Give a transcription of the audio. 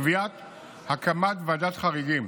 קביעת הקמת ועדת חריגים